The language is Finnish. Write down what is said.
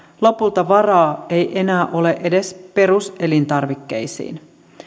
lopulta varaa ei enää ole edes peruselintarvikkeisiin